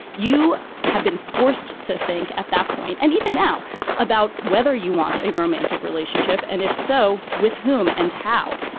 you have been forced to think at that point and even now about whether you want a romantic relationship and. so with whom and how?